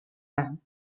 man